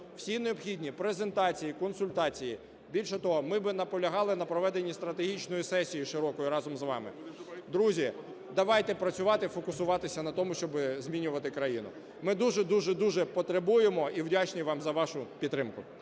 всі необхідні презентації, консультації, більше того, ми би наполягали на проведенні стратегічної сесії широкої разом з вами. Друзі, давайте працювати і фокусуватися на тому, щоб змінювати країну. Ми дуже і дуже потребуємо, і вдячні вам за вашу підтримку.